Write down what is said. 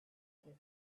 give